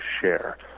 share